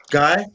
guy